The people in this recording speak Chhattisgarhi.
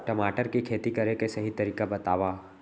टमाटर की खेती करे के सही तरीका बतावा?